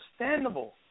understandable